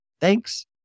thanks